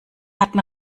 hatten